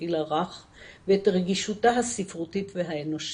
הגיל הרך ואת רגישותה הספרותית והאנושית.